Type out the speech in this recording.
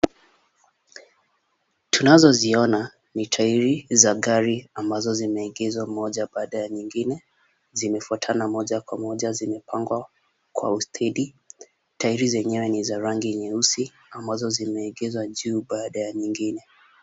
Tunazoziona ni tairi za gari ambazo zimeegeshwa moja baada ya nyingine, zimefuatana moja kwa moja zimepangwa kwa ustedi . Tairi zenyewe ni za rangi nyeusi ambazo zimeegeshwa juu baada ya nyingine.